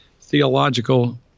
theological